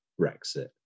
Brexit